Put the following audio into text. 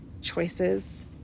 choices